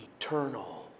eternal